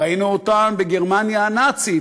ראינו אותן בגרמניה הנאצית,